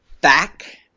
back